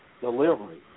delivery